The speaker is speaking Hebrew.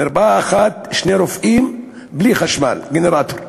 מרפאה אחת, שני רופאים, בלי חשמל, גנרטור.